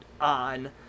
on